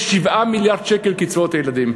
יש 7 מיליארד שקל קצבאות הילדים.